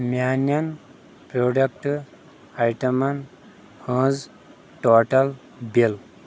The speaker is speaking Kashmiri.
میانٮ۪ن پروڈکٹ آیٹمَن ہٕنٛز ٹوٹل بِل